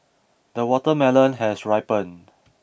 the watermelon has ripened